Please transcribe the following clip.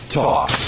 talk